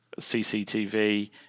CCTV